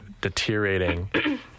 deteriorating